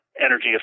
energy